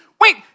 Wait